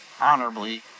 honorably